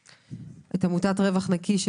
את עמותת רווח נקי,